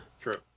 True